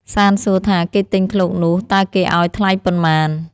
សាន្តសួរថា “គេទិញឃ្លោកនោះ តើគេឱ្យថ្លៃប៉ុន្មាន?”។